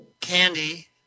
Candy